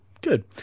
good